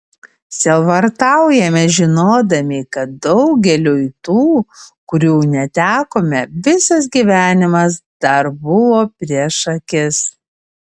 sielvartaujame žinodami kad daugeliui tų kurių netekome visas gyvenimas dar buvo prieš akis